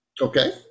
Okay